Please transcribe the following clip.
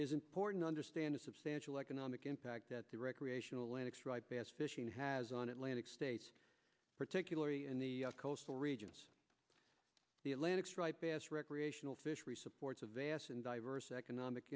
is important understand a substantial economic impact that the recreational lennox bass fishing has on atlantic states particularly in the coastal regions the atlantic striped bass recreational fishery supports a vast and diverse economic